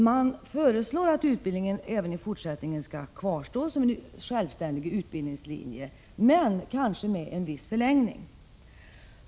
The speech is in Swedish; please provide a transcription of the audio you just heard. Man föreslår att utbildningen även i fortsättningen skall kvarstå som en självständig utbildningslinje men kanske med en viss förlängning.